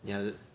ya